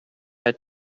had